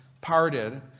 parted